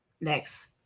Next